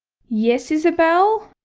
yes isabelle?